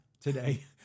today